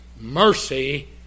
mercy